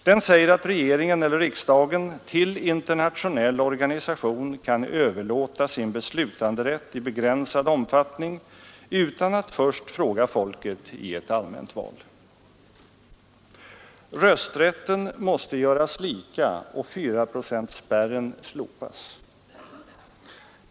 Den säger att regering och riksdag till internationell organisation kan överlåta sin beslutanderätt i begränsad omfattning utan att först fråga folket i ett allmänt val. Rösträtten måste göras lika och fyraprocentsspärren slopas.